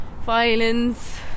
violence